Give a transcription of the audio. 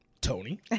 Tony